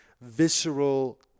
visceral